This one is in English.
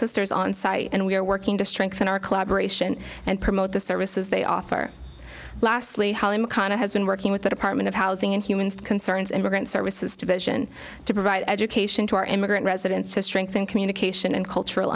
sisters on site and we are working to strengthen our collaboration and promote the services they offer lastly holly mcconnell has been working with the department of housing in humans concerns immigrant services division to provide education to our immigrant residents to strengthen communication and cultural